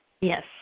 Yes